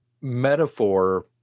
metaphor